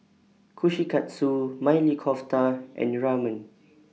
Kushikatsu Maili Kofta and Ramen